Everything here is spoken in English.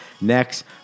next